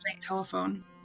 telephone